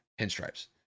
pinstripes